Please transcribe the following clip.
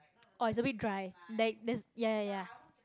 or it's a bit dry like the ya ya ya